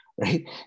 right